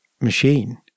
machine